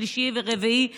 שלישי ורביעי וחמישי.